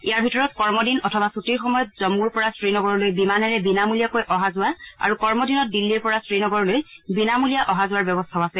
ইয়াৰ ভিতৰত কমদিন অথবা ছুটীৰ সময়ত জন্মৰপৰা শ্ৰীনগৰলৈ বিমানেৰে বিনামূলীয়াকৈ অহা যোৱা আৰু কৰ্মদিনত দিল্লীৰ পৰা শ্ৰীনগৰলৈ বিনামূলীয়া অহা যোৱাৰ ব্যৱস্থাও আছে